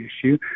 issue